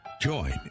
Join